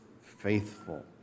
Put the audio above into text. faithful